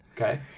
Okay